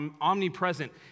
omnipresent